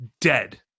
dead